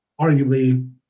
arguably